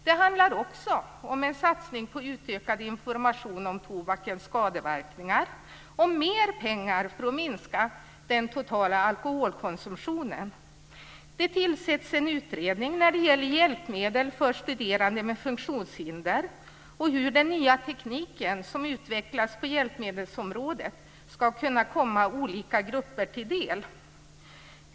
Det handlar också om en satsning på utökad information om tobakens skadeverkningar och om mer pengar för att minska den totala alkoholkonsumtionen. Det tillsätts en utredning när det gäller hjälpmedel för studerande med funktionshinder och hur den nya teknik som utvecklas på hjälpmedelsområdet ska kunna komma olika grupper till del.